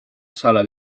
sala